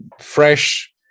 fresh